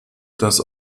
das